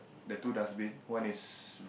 the two dustbin one is